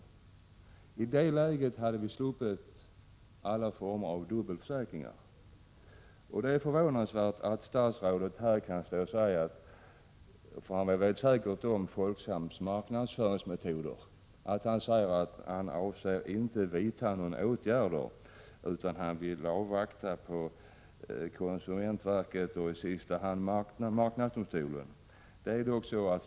På det sättet skulle vi slippa alla former av dubbelförsäkringar. Det är förvånansvärt att statsrådet här kan stå och säga — han känner säkert till Folksams marknadsföringsmetoder — att han inte avser att vidta några åtgärder utan vill avvakta konsumentverkets och i sista hand marknadsdomstolens prövning.